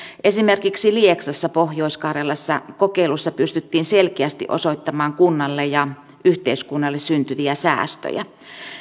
esimerkiksi lieksassa pohjois karjalassa kokeilussa pystyttiin selkeästi osoittamaan kunnalle ja yhteiskunnalle syntyviä säästöjä